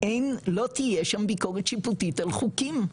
שלא תהיה שם ביקורת שיפוטית על חוקים,